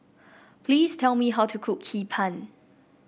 please tell me how to cook Hee Pan